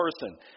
person